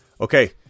Okay